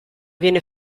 viene